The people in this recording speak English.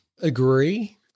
Agree